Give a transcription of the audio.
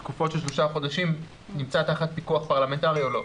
לתקופות של שלושה חודשים נמצאת תחת פיקוח פרלמנטרי או לא.